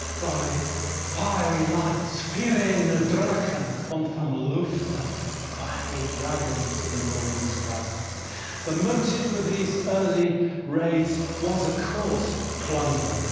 by fiery lights, fyrenne dracan on tham lifte ah fiery dragons in the northern sky the motive for these early raids was of course plunder,